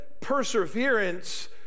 perseverance